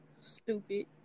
Stupid